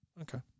Okay